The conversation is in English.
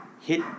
hit